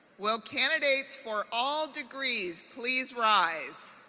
will candidates for all degrees please rise?